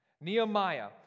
Nehemiah